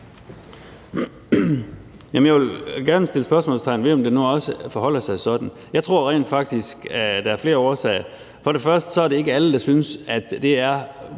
jeg vil gerne sætte spørgsmålstegn ved, om det nu også forholder sig sådan. Jeg tror rent faktisk, at der er flere årsager. For det første er det ikke alle, der synes, at det er